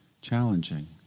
challenging